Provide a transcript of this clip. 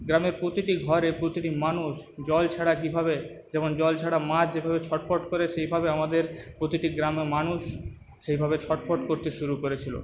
গ্রামের প্রতিটি ঘরে প্রতিটি মানুষ জল ছাড়া কীভাবে যেমন জল ছাড়া মাছ যেভাবে ছটফট করে সেইভাবে আমাদের প্রতিটি গ্রামে মানুষ সেভাবে ছটফট করতে শুরু করেছিলো